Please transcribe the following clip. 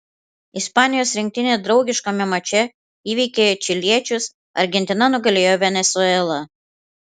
ispanijos rinktinė draugiškame mače įveikė čiliečius argentina nugalėjo venesuelą